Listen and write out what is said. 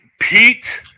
Pete